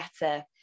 better